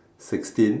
sixteen